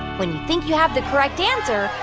when you think you have the correct answer,